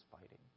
fighting